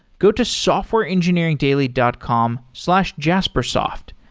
go to softwareengineeringdaily dot com slash jaspersoft.